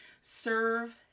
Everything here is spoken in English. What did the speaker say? serve